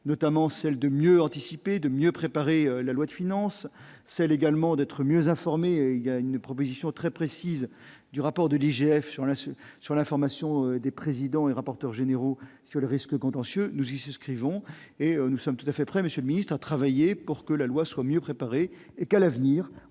notamment celle de mieux anticiper de mieux préparer la loi de finances, celle également d'être mieux informés, il y a une proposition très précise du rapport de l'IGF sur la sur la formation des présidents et rapporteurs généraux sur les risques contentieux nous y souscrivons et nous sommes tout à fait prêt Monsieur le ministre, à travailler pour que la loi soit mieux préparé et qu'à l'avenir